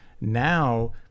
Now